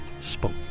spoke